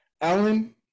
Alan